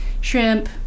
shrimp